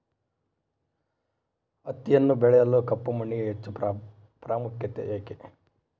ಹತ್ತಿಯನ್ನು ಬೆಳೆಯಲು ಕಪ್ಪು ಮಣ್ಣಿಗೆ ಹೆಚ್ಚು ಪ್ರಾಮುಖ್ಯತೆ ಏಕೆ?